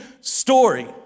story